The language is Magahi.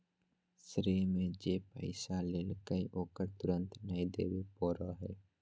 श्रेय में जे पैसा लेलकय ओकरा तुरंत नय देबे पड़ो हइ